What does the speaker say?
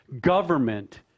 government